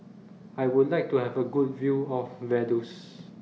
I Would like to Have A Good View of Vaduz